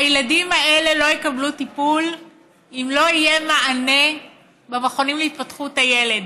הילדים האלה לא יקבלו טיפול אם לא יהיה מענה במכונים להתפתחות הילד,